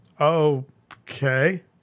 Okay